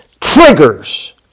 triggers